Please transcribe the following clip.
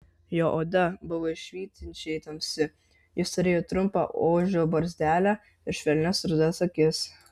jo oda buvo švytinčiai tamsi jis turėjo trumpą ožio barzdelę ir švelnias rudas akis